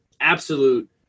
absolute